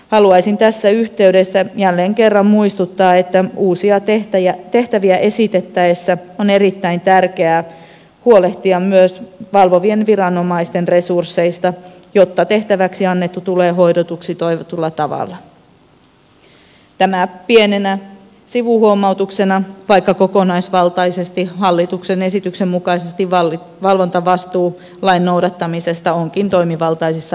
haluaisin tässä yhteydessä jälleen kerran muistuttaa että uusia tehtäviä esitettäessä on erittäin tärkeää huolehtia myös valvovien viranomaisten resursseista jotta tehtäväksi annettu tulee hoidetuksi toivotulla tavalla tämä pienenä sivuhuomautuksena vaikka kokonaisvaltaisesti hallituksen esityk sen mukaisesti valvontavastuu lain noudattamisesta onkin toimivaltaisissa ely keskuksissa